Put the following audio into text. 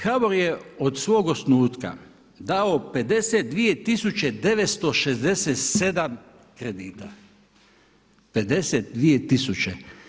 HBOR je od svog osnutka dao 52 tisuće 967 kredita, 52 tisuće.